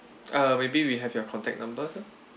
uh maybe we have your contact number sir